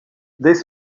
dès